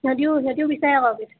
সিহঁতিও সিহঁতিও বিচাৰে আকৌ